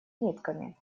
нитками